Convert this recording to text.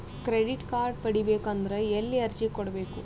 Credit card ಪಡಿಬೇಕು ಅಂದ್ರ ಎಲ್ಲಿ ಅರ್ಜಿ ಕೊಡಬೇಕು?